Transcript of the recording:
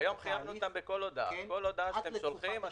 היום חייבנו אותם בכל הודעה שהם שולחים.